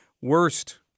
worst